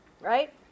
right